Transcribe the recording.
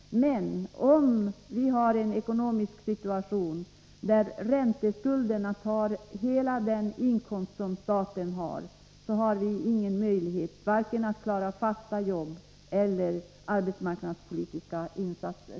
Men om vi har en ekonomisk situation där ränteskulderna tar statens hela inkomst har vi ingen möjlighet att vare sig klara fasta jobb eller göra arbetsmarknadspolitiska insatser.